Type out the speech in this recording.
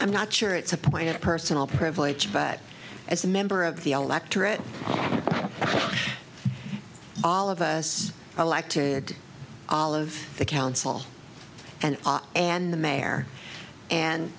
i'm not sure it's a point of personal privilege but as a member of the electorate all of us elected all of the council and and the mayor and